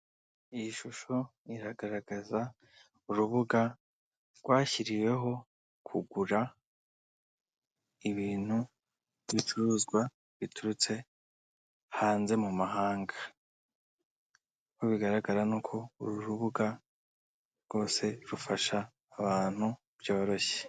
Iyi shusho iragaragaza urubuga rwashyiriweho kugura ibintu by'ibicuruzwa biturutse hanze mu mahanga, uko bigaragara ni uko, uru rubuga rwose rufasha abantu byoroshye.